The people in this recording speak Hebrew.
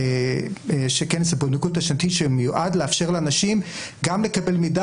כנס הפונדקאות השנתי שמיועד לאפשר לאנשים גם לקבל מידע